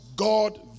God